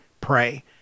pray